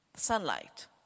sunlight